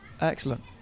Excellent